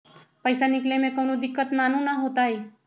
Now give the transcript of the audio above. पईसा निकले में कउनो दिक़्क़त नानू न होताई?